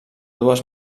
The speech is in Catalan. dues